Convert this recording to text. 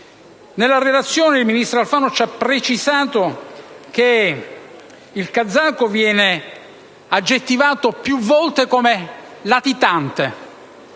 Nella sua relazione il ministro Alfano ha precisato che il kazako viene aggettivato più volte come «latitante»